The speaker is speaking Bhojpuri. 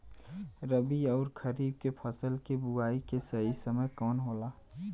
रबी अउर खरीफ के फसल के बोआई के सही समय कवन होला?